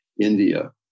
India